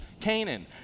Canaan